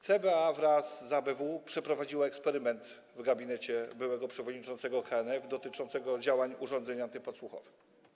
CBA wraz z ABW przeprowadziło eksperyment w gabinecie byłego przewodniczącego KNF dotyczący działań urządzeń antypodsłuchowych.